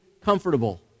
comfortable